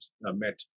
Met